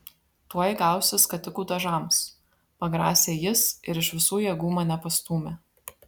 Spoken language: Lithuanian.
tuoj gausi skatikų dažams pagrasė jis ir iš visų jėgų mane pastūmė